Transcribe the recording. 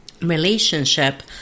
relationship